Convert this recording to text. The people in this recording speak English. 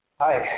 Hi